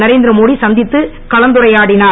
நரேந்திர மோடி சந்திதித்து கலந்துரையாடினார்